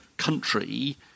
Country